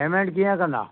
payment कीअं कंदा